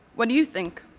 what do you think?